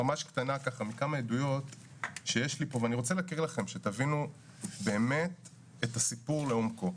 כמה עדויות ואני רוצה להקריא לכם כדי שתבינו באמת את הסיפור לעומקו.